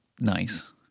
nice